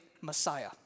Messiah